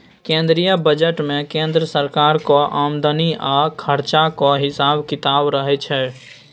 केंद्रीय बजट मे केंद्र सरकारक आमदनी आ खरचाक हिसाब किताब रहय छै